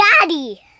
daddy